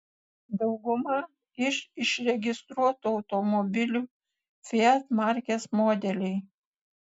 dauguma iš išregistruotų automobiliu fiat markės modeliai